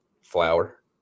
flour